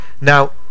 Now